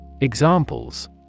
Examples